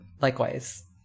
Likewise